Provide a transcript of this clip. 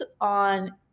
on